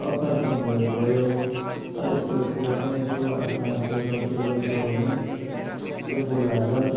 असार पन्ध्रहरू भयो यस्तोतिर यसो आफ्नो मान्छे छेउ छाउतिर कतै छ भने यसो बोलाएर